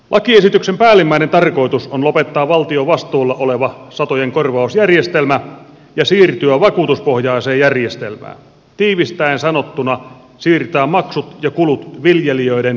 lakiesityksen päällimmäinen tarkoitus on lopettaa valtion vastuulla oleva satojen korvausjärjestelmä ja siirtyä vakuutuspohjaiseen järjestelmään tiivistäen sanottuna siirtää maksut ja kulut viljelijöiden kontolle